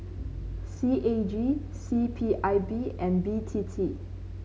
C A G C P I B and B T T